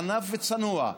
עניו וצנוע,